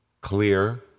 clear